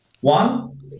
One